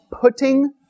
putting